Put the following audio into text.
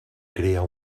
crear